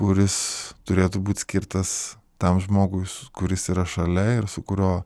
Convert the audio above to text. kuris turėtų būt skirtas tam žmogui kuris yra šalia ir su kuriuo